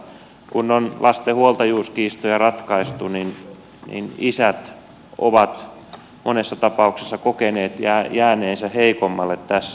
kun on lasten huoltajuuskiistoja ratkaistu niin isät ovat monessa tapauksessa kokeneet jääneensä heikommalle tässä